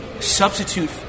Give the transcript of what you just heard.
substitute